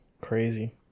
crazy